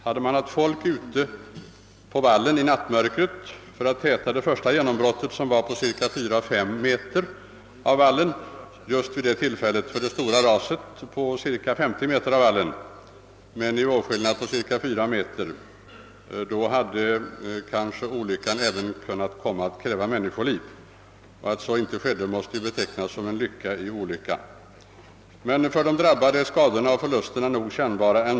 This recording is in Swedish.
Hade det varit människor ute på vallen i nattmörkret för att täta det första genombrottet, som rörde sig om 4 å 5 meter av vallen, då det stora raset på 50 meter av vallen inträffade med en vattennivåskillnad på cirka 4 meter, hade kanske olyckan även krävt människoliv. Att så inte skedde måste betraktas som en lycka i olyckan. Men för de drabbade är de av skadorna orsakade förlusterna ändå mycket kännbara.